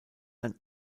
ein